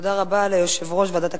תודה רבה ליושב-ראש ועדת הכנסת,